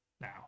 now